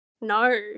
No